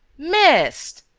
missed!